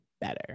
better